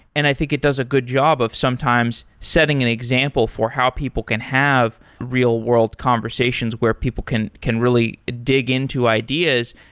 and i think it does a good job of sometimes setting an example for how people can have real-world conversations, where people can can really dig into ideas.